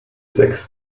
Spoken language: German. sechs